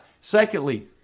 Secondly